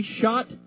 shot